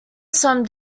some